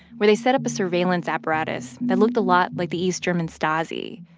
where they set up a surveillance apparatus that looked a lot like the east german stasi.